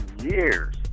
years